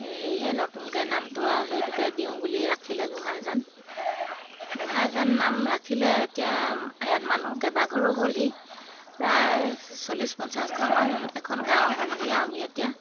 সেই নতুনকৈ নামটো আৰু সেইটোকে দিওঁ বুলি ৰাখিলে গোহাঁইজান গোহাঁইজান নাম ৰাখিলে এতিয়া ইয়াত মানুহ কেইবাঘৰো হ'লহি প্ৰায় চল্লিছ পঞ্চাছ ঘৰমান এখন গাঁও হ'লোহি আৰু আমি এতিয়া